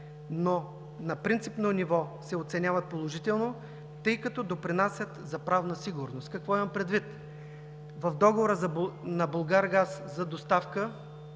но на принципно ниво се оценяват положително, тъй като допринасят за правна сигурност. Какво имам предвид? В договора на „Булгаргаз“ за доставка